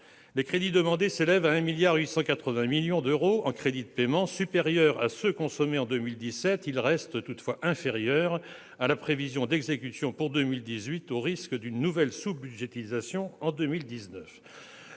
les crédits demandés s'élèvent à 1,88 milliard d'euros en crédits de paiement. Supérieurs à ceux consommés en 2017, ils restent inférieurs à la prévision d'exécution pour 2018, au risque d'une nouvelle sous-budgétisation en 2019.